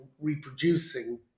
reproducing